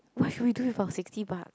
what should we do with our sixty bucks